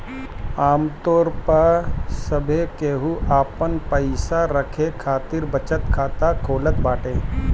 आमतौर पअ सभे केहू आपन पईसा रखे खातिर बचत खाता खोलत बाटे